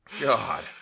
God